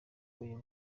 uyu